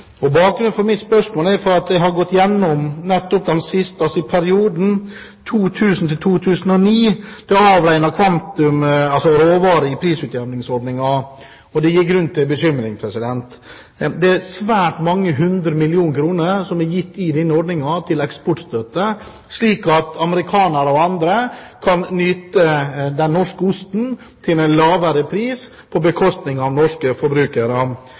Bakgrunnen for mitt spørsmål er at jeg har gått gjennom den siste perioden, 2000–2009, og det avregnede kvantum – altså råvare i prisutjevningsordningen – og det gir grunn til bekymring. Det er svært mange hundre millioner kroner som blir gitt til denne eksportstøtteordningen, slik at amerikanere og andre kan nyte den norske osten til en lavere pris, på bekostning av norske